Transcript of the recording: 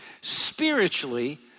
Spiritually